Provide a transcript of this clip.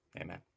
Amen